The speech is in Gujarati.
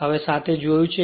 હવે સાથે જોયું છે